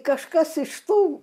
kažkas iš to